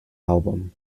album